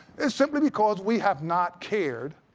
it's simply because we have not cared